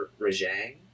Rajang